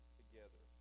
together